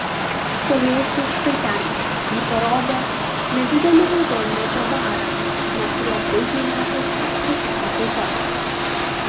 stovėsiu štai ten ji parodė nedidelį raudonmedžio barą nuo kurio puikiai matėsi visa patalpa